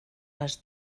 les